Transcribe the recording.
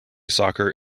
soccer